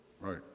Right